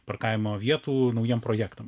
parkavimo vietų naujiem projektam